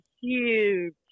huge